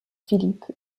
philippe